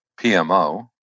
PMO